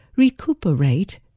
recuperate